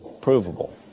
Provable